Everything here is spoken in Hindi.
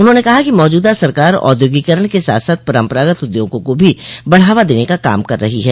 उन्होंने कहा कि मौजूदा सरकार औद्योगिकरण के साथ साथ परम्परागत उद्योगों को भी बढ़ावा देने का काम कर रही है